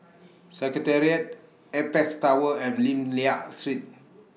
Secretariat Apex Tower and Lim Liak Street